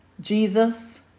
jesus